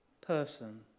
person